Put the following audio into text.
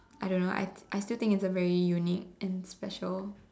I don't know I I still think it's a very unique and special